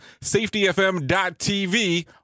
safetyfm.tv